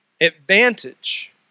advantage